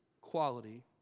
quality